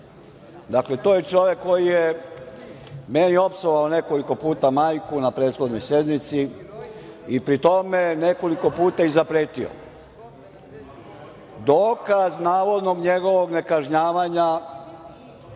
To je čovek koji je meni opsovao nekoliko puta majku na prethodnoj sednici i pri tome nekoliko puta i zapretio. Dokaz navodnog njegovog ne kažnjavanja